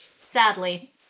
Sadly